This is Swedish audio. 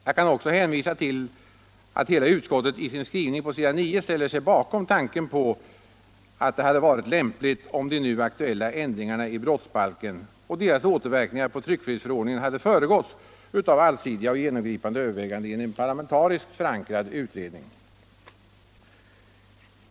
Jag kan också hänvisa till att hela utskottet i sin skrivning på s. 9 ställer sig bakom tanken att det hade varit lämpligt om de nu aktuella ändringarna i brottsbalken och deras återverkningar på tryckfrihetsförordningen hade föregåtts av allsidiga och genomgripande överväganden i en parlamentariskt förankrad utredning.